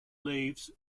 leaves